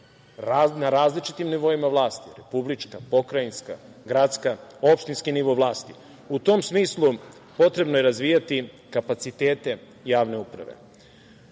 na različitim nivoima vlasti – republička, pokrajinska, gradska, opštinski nivo vlasti.U tom smislu, potrebno je razvijati kapacitete javne uprave. Kako